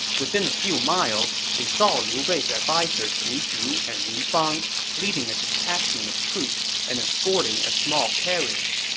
within a few miles, they saw liu bei's advisers mi zhu and mi fang leading a detachment of troops and escorting a small carriage.